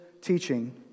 teaching